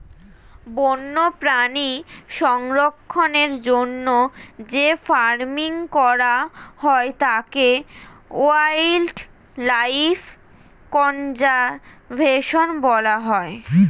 বন্যপ্রাণী সংরক্ষণের জন্য যে ফার্মিং করা হয় তাকে ওয়াইল্ড লাইফ কনজার্ভেশন বলা হয়